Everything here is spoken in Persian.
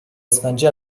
اسفنجی